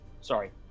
Sorry